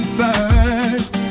first